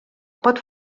pot